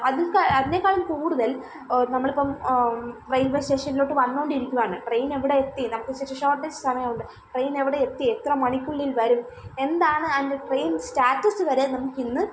അത് അതിനേക്കാളും കൂടുതൽ നമ്മൾ ഇപ്പം റെയിൽവേ സ്റ്റേഷനിലോട്ട് വന്നുകൊണ്ടിരിക്കുകയാണ് ട്രെയിനെവിടെയെത്തി നമുക്ക് ഷോട്ടസ്റ്റ് സമയമുണ്ട് ട്രെയിനെവിടെയെത്തി എത്ര മണിക്കുള്ളിൽ വരും എന്താണ് ആൻഡ് ട്രെയിൻ സ്റ്റാറ്റസ് വരെ നമുക്ക് ഇന്ന്